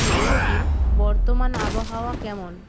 তিরুপতির বর্তমান আবহাওয়া কেমন